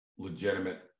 legitimate